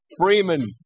Freeman